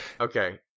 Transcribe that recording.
Okay